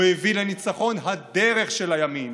הוא הביא לניצחון הדרך של הימין,